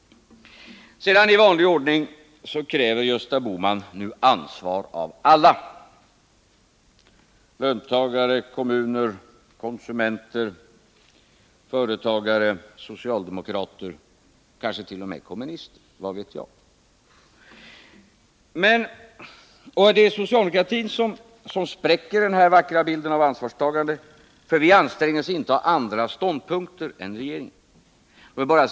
I vanlig ordning kräver Gösta Bohman nu ansvar av alla: löntagare, kommuner, konsumenter, företagare, socialdemokrater och kanske t.o.m. kommunister — vad vet jag. Socialdemokratin spräcker denna vackra bild av ansvarstagande, för vi anstränger oss att inta andra ståndpunkter än regeringen.